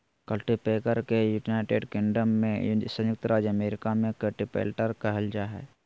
cultipacker के United Kingdom में संयुक्त राज्य अमेरिका में कल्टीपैकर कहल जा हइ